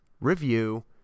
review